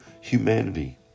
humanity